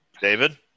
David